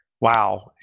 Wow